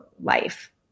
life